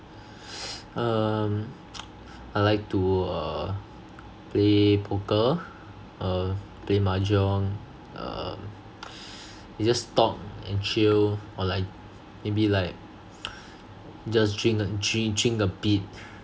um I like to err play poker uh play mahjong um we just talk and chill or like maybe like just drink uh dri~ drink a bit